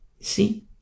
See